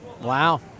Wow